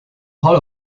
hall